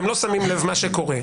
אתם לא שמים לב מה שקורה.